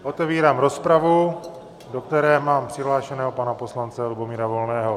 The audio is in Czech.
Otevírám rozpravu, do které mám přihlášeného pana poslance Lubomíra Volného.